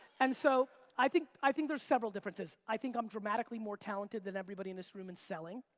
and so i think i think there's several differences. i think i'm dramatically more talented than everybody in this room in selling,